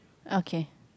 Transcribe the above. okay